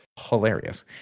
hilarious